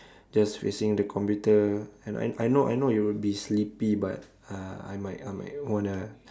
just facing the computer and I know I know it would be sleepy but uh I might I might wanna